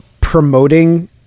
promoting